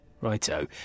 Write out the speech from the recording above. Righto